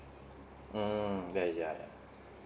mm yeah yeah yeah